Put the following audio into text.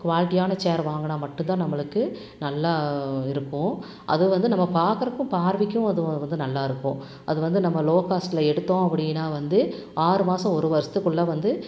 குவாலிடியான chair வாங்கினா மட்டும்தான் நம்மளுக்கு நல்லா இருக்கும் அதுவும் வந்து நம்ம பார்க்குறதுக்கு பார்வைக்கும் அது வந்து நல்லா இருக்கும் அது வந்து நம்ம லோ காஸ்டில் எடுத்தோம் அப்படினா வந்து ஆறு மாதம் ஒரு வருஷத்துக்குகுள்ள வந்து